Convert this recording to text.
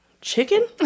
chicken